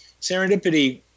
Serendipity